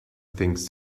things